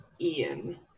ian